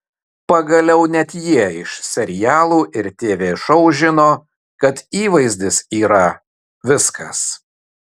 pagaliau net jie iš serialų ir tv šou žino kad įvaizdis yra viskas